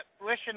wishing